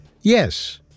yes